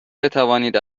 بتوانید